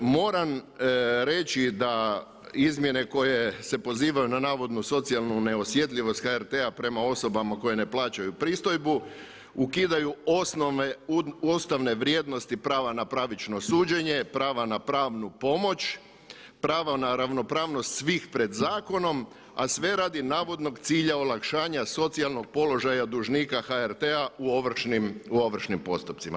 Moram reći da izmjene koje se pozivaju na navodnu socijalnu neosjetljivost HRT-a prema osobama koje ne plaćaju pristojbu, ukidaju osnovne, ustavne vrijednosti prava na pravično suđenje, prava na pravnu pomoć, pravo na ravnopravnost svih pred zakonom a sve radi navodnog cilja olakšanja socijalnog položaja dužnika HRT-a u ovršnim postupcima.